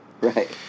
right